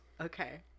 okay